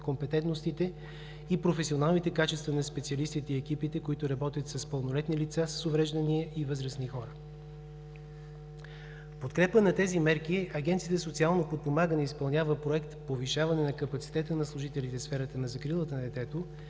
компетентностите и професионалните качества на специалистите и екипите, които работят с пълнолетни лица с увреждания и възрастни хора. В подкрепа на тези мерки Агенцията за социално подпомагане изпълнява Проект „Повишаване на капацитета на служителите в сферата на закрилата на детето,